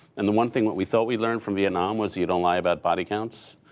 and the one thing that we thought we learned from vietnam was, you don't lie about body counts.